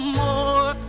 more